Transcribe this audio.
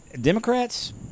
Democrats